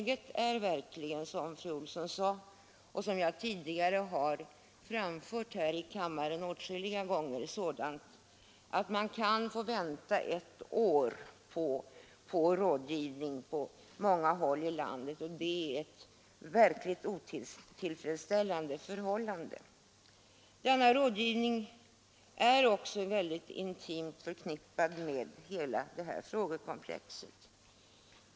Situationen är — som fru Olsson sade och som jag tidigare har påpekat åtskilliga gånger här i kammaren — sådan att man kan få vänta ett år på rådgivning på många håll i landet, och det är ett verkligt otillfredsställande förhållande. Denna rådgivning är också väldigt intimt förknippad med hela det aktuella frågekomplexet.